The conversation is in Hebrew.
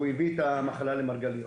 והוא הביא את המחלה למרגליות.